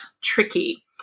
tricky